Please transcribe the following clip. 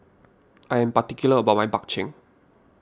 I am particular about my Bak Chang